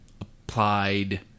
applied